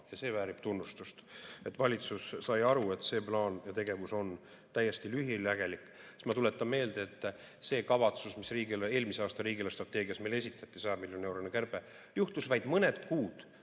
ja see väärib tunnustust. Valitsus sai aru, et see plaan ja tegevus on täiesti lühinägelik. Ma tuletan meelde, et see kavatsus, mis eelmise aasta riigi eelarvestrateegias meile esitati, see 100 miljoni euro suurune kärbe, oli esitatud vaid mõned kuud